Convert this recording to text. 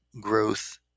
growth